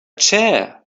chair